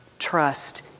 trust